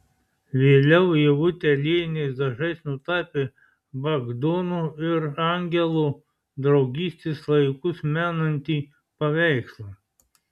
vėliau ievutė aliejiniais dažais nutapė bagdono ir angelo draugystės laikus menantį paveikslą